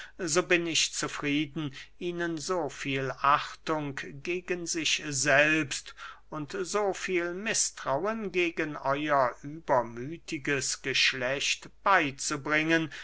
so bin ich zufrieden ihnen so viel achtung gegen sich selbst und so viel mißtrauen gegen euer übermüthiges geschlecht beyzubringen